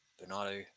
Bernardo